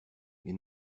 les